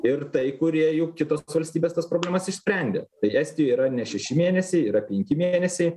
ir tai kurie jau kitos valstybės tas problemas išsprendė taigi estijoj yra ne šeši mėnesiai yra penki mėnesiai